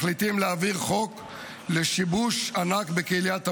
מחליטים להעביר חוק לשיבוש ענק בקהילת המודיעין,